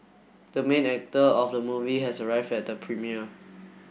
the main actor of the movie has arrived at the premiere